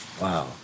Wow